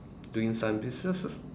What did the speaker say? doing some businesses